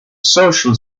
social